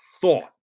thought